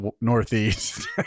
Northeast